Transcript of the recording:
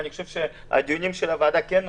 אני חושב שהדיונים של הוועדה כן עוזרים,